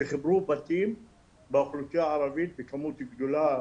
שחיברו בתים באוכלוסייה הערבית בכמות גדולה,